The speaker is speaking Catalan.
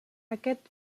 aquest